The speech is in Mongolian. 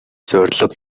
зорилго